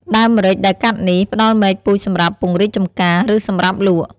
ដើមម្រេច ដែលកាត់នេះ ផ្តល់មែកពូជសម្រាប់ពង្រីកចម្ការ ឬសម្រាប់លក់។